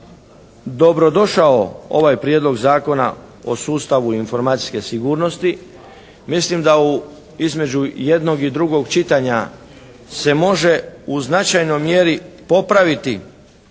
dobrodošao ovaj prijedlog zakona o sustavu informacijske sigurnosti. Mislim da između jednog i drugog čitanja se može u značajnoj mjeri popraviti